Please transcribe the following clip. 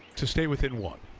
to stay within one.